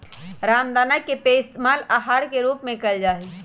रामदाना के पइस्तेमाल आहार के रूप में कइल जाहई